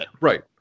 Right